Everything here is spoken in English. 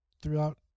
throughout